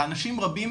לאנשים רבים,